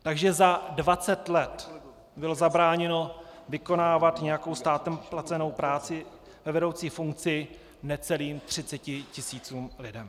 Takže za 20 let bylo zabráněno vykonávat nějakou státem placenou práci ve vedoucí funkci necelým 30 tisícům lidem.